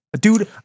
dude